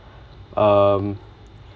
um